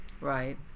Right